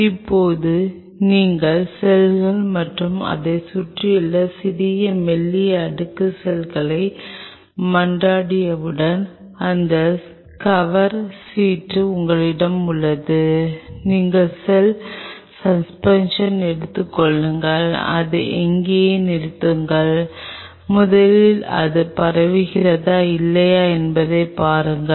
இப்போது நீங்கள் செல்கள் மற்றும் அதைச் சுற்றியுள்ள சிறிய மெல்லிய அடுக்கு செல்களை மன்றாடியவுடன் இந்த கவர் சீட்டு உங்களிடம் உள்ளது நீங்கள் செல் சஸ்பென்ஷனை எடுத்துக் கொள்ளுங்கள் அதை அங்கேயே நிறுத்துங்கள் முதலில் அது பரவுகிறதா இல்லையா என்பதைப் பாருங்கள்